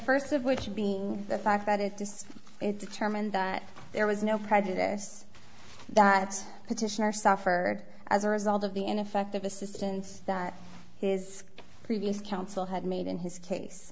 first of which being the fact that it is determined that there was no prejudice that petitioner suffered as a result of the ineffective assistance that his previous counsel had made in his case